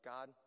God